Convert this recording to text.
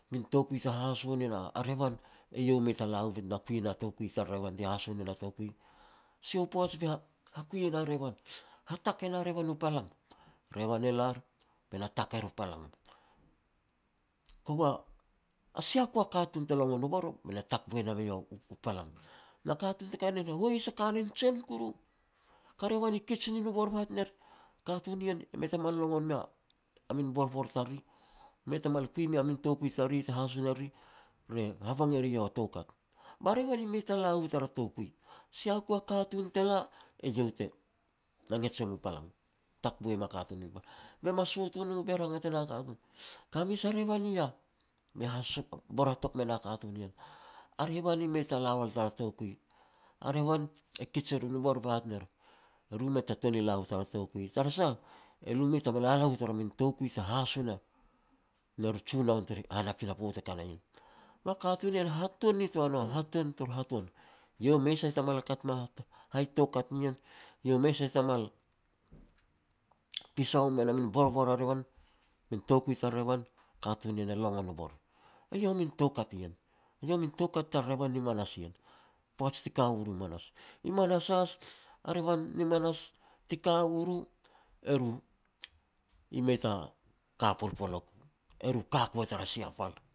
Min toukui te haso ne na a revan, eiau mei ta la u bet na kui na toukui tar revan ti haso nin a toukui. Sia u poaj, be hakui e na revan, hatak e na revan u palang, revAn e lar be na tak er u palang. Kova a sia ku a katun te longon u bor be na tak boi nam eiau u palang. Na katun te ka na ien e hois a kanin jen kuru. Ka revan i kij nin u bor be hat ner, "Katun ni ien e mei mal longon mea a min borbor tariri, mei ta mal kui mea min toukui tariri te haso ne riri, mei. Habang e re iau a toukat." Ba revan i mei ta la u tara toukui. Sia ku a katun te la, iau te na gnej em u palang, tak boi e ma katun. Be ma sot u no, be rangat e na katun, "Ka mes a revan i yah?", be bor hatok me na katun nien, "A revan i mei ta la wal tara toukui. A revan e kij e rin u bor be hat ner, eru mei ta tuan ni la u tara toukui, tara sah, e lo mu mei tama lala u tara min toukui te haso ner-ner u junoun tara han a pinapo te ka na ien." Ba katun e na hatuan nitoa no, hatuan tur hatuan, iau mei sai ta mala kat ma ta hai toukat nien. Iau mei sai ta mal pisau mea na min borbor a revan, min toukui tara revan, katun nien e longon u bor. Eiau a min toukat ien, iau a min toukat tara revan ni manas nien. Poaj ti ka u ru i manas. I manas has, a revan ni manas, ti ka u ru, e ru i mei ta ka polpolok u, eru i ka ku a tara sia pal